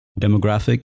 demographic